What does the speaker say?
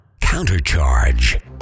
Countercharge